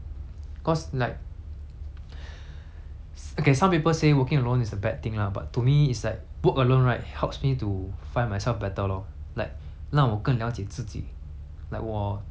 okay some people say working alone is a bad thing lah but to me it's like work alone right helps me to find myself better lor like 让我更 liao 解自己 like 我不好在哪里不够在哪里